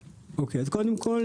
כול,